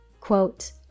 Quote